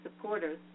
supporters